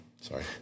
Sorry